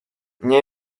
nie